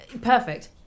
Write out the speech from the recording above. perfect